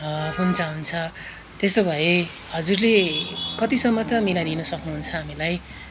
हुन्छ हुन्छ त्यसो भए हजुरले कतिसम्म त मिलाइदिन सक्नुहुन्छ हामीलाई